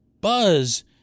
buzz